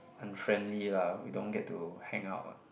unfriendly lah we don't get to hang out